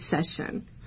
session